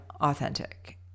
authentic